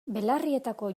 belarrietako